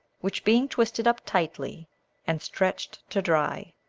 which, being twisted up tightly and stretched to dry,